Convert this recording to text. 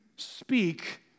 speak